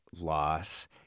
loss